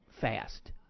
fast